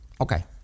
Okay